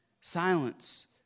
silence